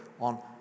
on